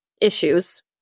issues